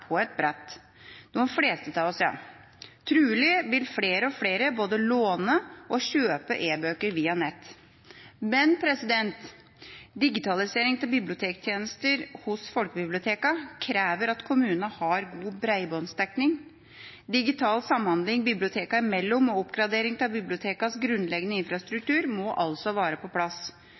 på et brett. Trolig vil flere og flere både låne og kjøpe e-bøker via nett. Men digitalisering av bibliotektjenester hos folkebibliotekene krever at kommunene har god bredbåndsdekning. Digital samhandling bibliotekene imellom og oppgradering av bibliotekenes grunnleggende infrastruktur må altså være på plass.